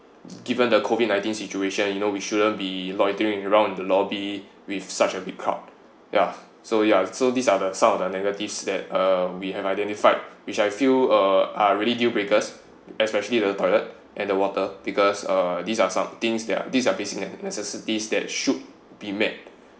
given the COVID ninteen situation you know we shouldn't be loitering around in the lobby with such a big crowd ya so ya so these are the sum of the negatives that uh we have identified which I feel uh are really deal breakers especially the toilet and the water because uh these are some things that are these are basic necessities that should be met